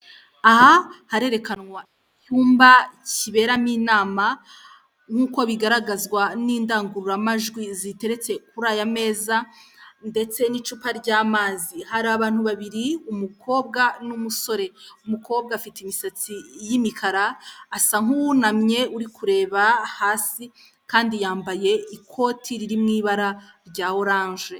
Aha harerekanwa icyumba kiberamo inama nk'uko bigaragazwa n'indangururamajwi ziteretse kuri aya meza ndetse n'icupa ry'amazi, hari abantu babiri umukobwa n'umusore. Umukobwa afite imisatsi y'imikara asa n'uwunamye uri kureba hasi kandi yambaye ikoti riri mu ibara rya orange.